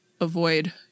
avoid